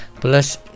plus